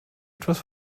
etwas